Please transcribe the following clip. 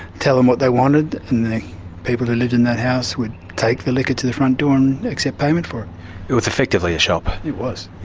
tell them what they wanted, and the people who lived in that house would take the liquor to the front door and accept payment for it. it was effectively a shop. it was,